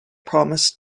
promised